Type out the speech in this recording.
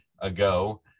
ago